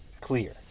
clear